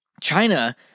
China